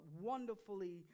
wonderfully